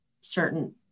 certain